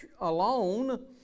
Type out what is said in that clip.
alone